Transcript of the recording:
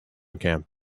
camp